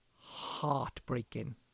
heartbreaking